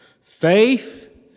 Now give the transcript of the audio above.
Faith